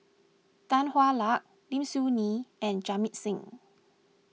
Tan Hwa Luck Lim Soo Ngee and Jamit Singh